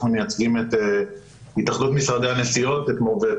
אנחנו מייצגים את התאחדות משרדי הנסיעות ואת